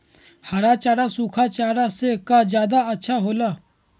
हरा चारा सूखा चारा से का ज्यादा अच्छा हो ला?